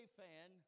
fan